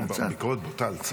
אני, ביקורת בוטה על צה"ל?